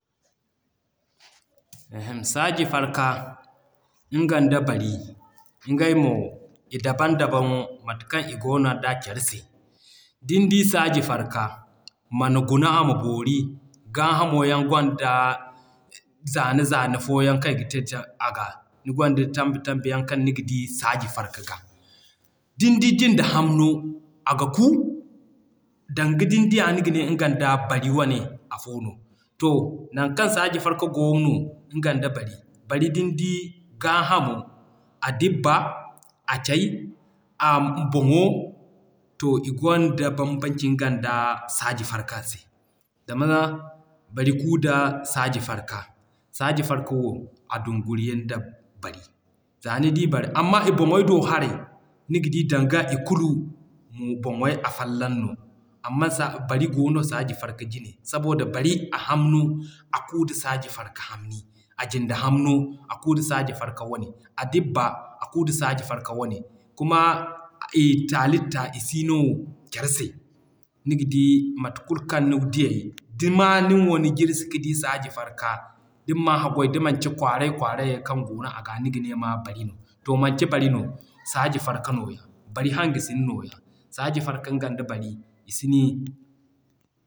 Saaji farka nga da Bari ngey mo,i daban daban ŋo mate kaŋ i goono da care se. Din d'i saaji farka, man guna ama boori, g'a hamo yaŋ gwanda zane zane fooyaŋ kaŋ i ni gwanda tombi tombi kaŋ niga di saaji farka ga. Din di jinde hamno aga kuu danga din diya niga ne ngan da bari wane afo no. To, naŋ kaŋ saaji farka goono nga da bari, Bari din d'i gaa hamo, a dibba,a cay, a boŋo, to i gwanda banbanci nga da saaji farka se. Zama Bari kuu da saaji farka, saaji farka wo a dunguriyan da bari. Zaa ni di Bari. Amma i boŋey do haray, niga di danga i kulu boŋey afolloŋ no. Amma Bari goono, Saaji farka jine saboda Bari a hamno a kuu da Saaji farka hamni. A jinda hamno a kuu da Saaji farka wane, a dibba a kuu da Saaji farka wane kuma i halitta i siino care se. Niga di mate kulu kaŋ ni diyey nin wo ni jirsi ka di Saaji farka, din man haggoy, da manci kwaaray kwaarayey kaŋ goono aga niga ne maa Bari no. To manci Bari no, Saaji farka no, Bari hangasino nooya. Saaji farka nga da Bari i sini...